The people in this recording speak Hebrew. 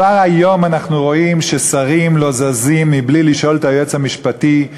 כבר היום אנחנו רואים ששרים לא זזים מבלי לשאול את היועץ המשפטי.